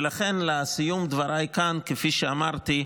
לכן, לסיום דבריי כאן, כפי שאמרתי,